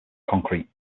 concrete